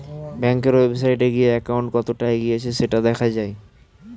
ব্যাংকের ওয়েবসাইটে গিয়ে অ্যাকাউন্ট কতটা এগিয়েছে সেটা দেখা যায়